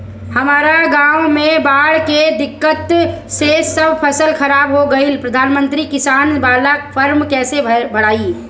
हमरा गांव मे बॉढ़ के दिक्कत से सब फसल खराब हो गईल प्रधानमंत्री किसान बाला फर्म कैसे भड़ाई?